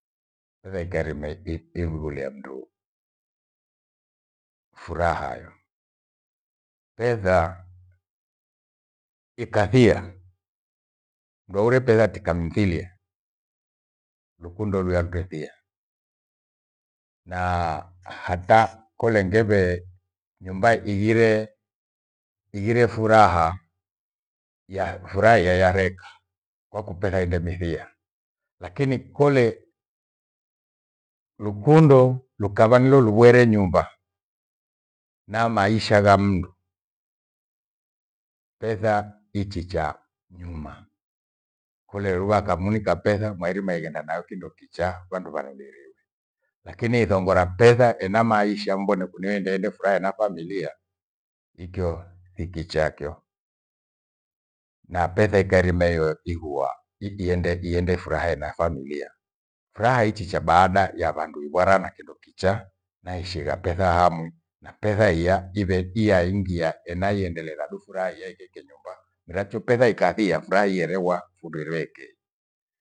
Petha ikairima ikwi ighughulia mndu furahayo. Petha ikathia, mndu aure petha tikamfilia. Lukundo luya lukethia naa hata koleghembee nyumba ighire- ighire furaha ya furaha hiya yareka kwaku petha indemithia. Latini kole, lukondo lukava nilolugwere nyumba na maisha gha mndu, petha ichichaa nyuma. Kote luva kamunika petha mwairima ighenda nayo kindo kicha vandu vanediriwe. Lakini ithongora petha enamaisha mbone nikuniende ende furaha ena familia ikyo ikichaa kio. Na petha ikarime iyoo ighua i- iende- iende furaha ena familia. Furaha ichicha baada ya vandu ivwara na kindo kichaa naishigha petha hanwi na petha hia ivetia ingia enaiendeletha du furaha iya ike- ike nyumba. Miracho petha ikathia furaha igheregwa fugerweikei.